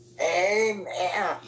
Amen